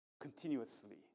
continuously